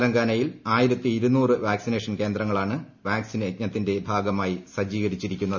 തെലങ്കാനയിൽ കൃതി കേന്ദ്രങ്ങളാണ് വാക്സിൻ പ്രെയജ്ഞത്തിന്റെ ഭാഗമായി സജ്ജീകരിച്ചിരിക്കുന്നത്